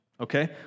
okay